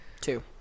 Two